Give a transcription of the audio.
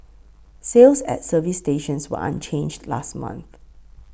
sales at service stations were unchanged last month